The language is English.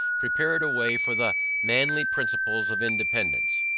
prepared a way for the manly principles of independance.